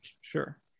sure